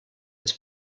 its